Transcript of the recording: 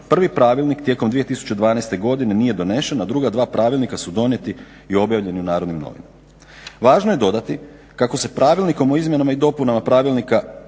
Prvi pravilnik tijekom 2012. godine nije donesen, a druga dva pravilnika su donijeti i objavljeni u Narodnim novinama. Važno je dodati kako se Pravilnikom o izmjenama i dopunama Pravilnika